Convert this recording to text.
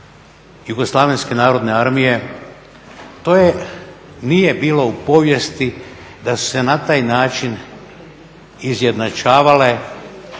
Jugoslavije ili saveznika, JNA to nije bilo u povijesti da su se na taj način izjednačavale